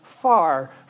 far